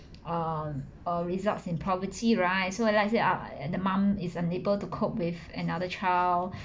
um uh results in poverty right so let's say ah the mum is unable to cope with another child